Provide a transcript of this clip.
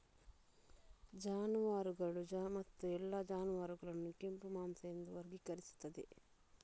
ಜಾನುವಾರುಗಳು ಮತ್ತು ಎಲ್ಲಾ ಜಾನುವಾರುಗಳನ್ನು ಕೆಂಪು ಮಾಂಸ ಎಂದು ವರ್ಗೀಕರಿಸುತ್ತದೆ